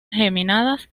geminadas